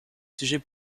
sujets